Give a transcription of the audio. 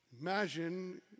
imagine